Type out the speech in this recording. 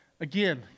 again